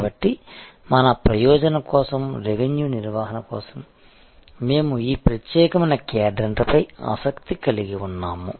కాబట్టి మన ప్రయోజనం కోసం రెవెన్యూ నిర్వహణ కోసం మేము ఈ ప్రత్యేకమైన క్వాడ్రంట్పై ఆసక్తి కలిగి ఉన్నాము